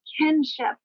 kinship